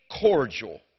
cordial